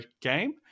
game